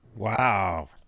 Wow